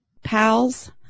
pals